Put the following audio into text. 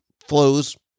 flows